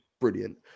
brilliant